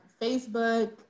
facebook